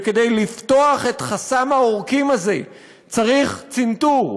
וכדי לפתוח את חסם העורקים הזה צריך צנתור.